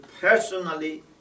personally